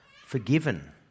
forgiven